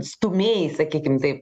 stūmėjai sakykim taip